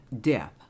death